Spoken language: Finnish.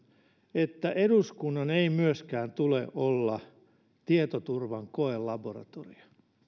että eduskunnan ei myöskään tule olla tietoturvan koelaboratorio